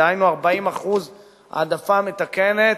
דהיינו 40% העדפה מתקנת